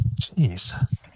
jeez